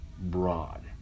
broad